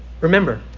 Remember